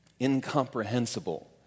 incomprehensible